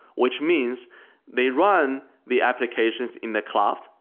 which means they run the applications in the cloud.